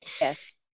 Yes